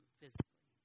physically